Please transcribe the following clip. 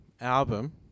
album